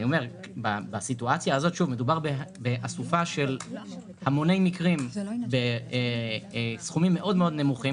בסיטואציה הזאת מדובר באסופה של המוני מקרים בסכומים נמוכים מאוד.